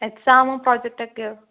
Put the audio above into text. എക്സാമും പ്രോജെക്ട് ഒക്കെയോ